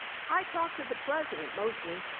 i talked to the president mostly.